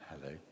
Hello